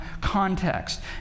context